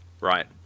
right